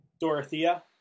Dorothea